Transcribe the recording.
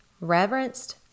reverenced